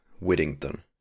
Whittington